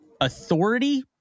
authority